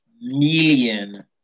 million